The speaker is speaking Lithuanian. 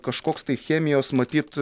kažkoks tai chemijos matyt